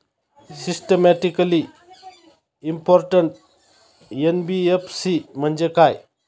Systematically important NBFC म्हणजे काय?